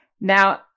Now